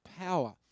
power